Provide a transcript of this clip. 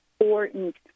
important